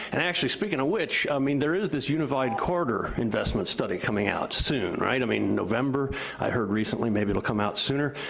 and actually, speaking of which, i mean, there is this unified corridor investment study coming out soon, right, i mean, november i heard recently? maybe it'll come out sooner.